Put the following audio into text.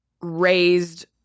raised